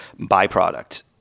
byproduct